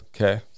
okay